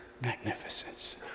Magnificence